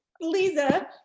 Lisa